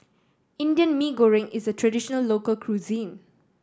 Indian Mee Goreng is a traditional local cuisine